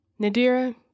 Nadira